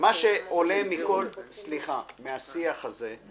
מה שעולה מהשיח הזה,